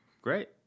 Great